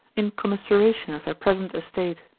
in commiseration of their present estate.